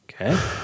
Okay